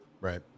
Right